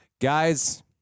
Guys